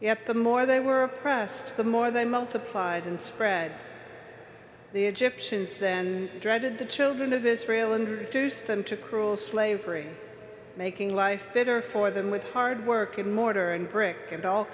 yep the more they were oppressed the more they multiplied and spread the egyptians then dreaded the children of israel and reduced them to cruel slavery making life better for them with hard work and mortar and brick and all